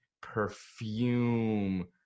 perfume